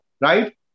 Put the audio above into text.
Right